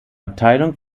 abteilung